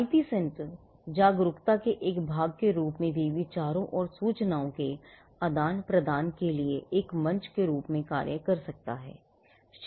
IP centre जागरूकता के एक भाग के रूप में भी विचारों और सूचनाओं के आदान प्रदान के लिए एक मंच के रूप में कार्य कर सकता है